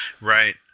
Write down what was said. Right